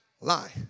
lie